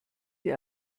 die